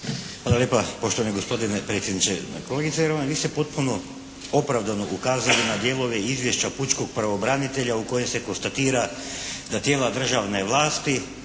Hvala lijepa. Poštovani gospodine predsjedniče. Kolegice Perman, vi ste potpuno opravdano ukazali na dijelove izvješća pučkog pravobranitelja u kojem se konstatira da tijela državne vlasti